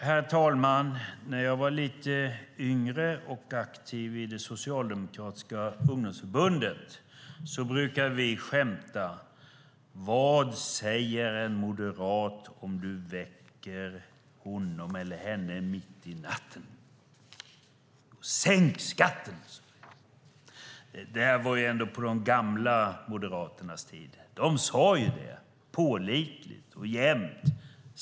Herr talman! När jag var lite yngre och aktiv i det socialdemokratiska ungdomsförbundet brukade vi skämta så här: Vad säger en moderat om du väcker honom eller henne mitt i natten? Sänk skatten! Det där var på de gamla moderaternas tid. De sade ju det, pålitligt och jämt.